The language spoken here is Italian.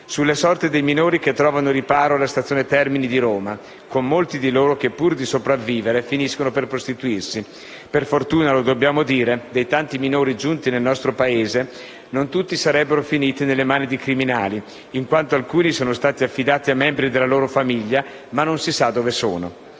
sulla sorte dei minori che trovano riparo alla stazione Termini di Roma, con molti di loro che, pur di sopravvivere, finiscono per prostituirsi. Per fortuna, lo dobbiamo dire, dei tanti minori giunti nel nostro Paese, non tutti sarebbero finiti nelle mani di criminali, in quanto alcuni sono stati affidati a membri della loro famiglia, ma non si sa dove sono.